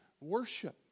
Worship